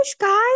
guys